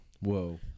Whoa